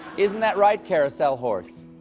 isn't that right carousel horse?